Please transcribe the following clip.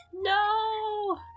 No